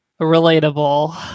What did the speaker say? relatable